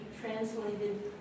translated